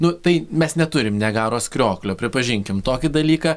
nu tai mes neturim niagaros krioklio pripažinkime tokį dalyką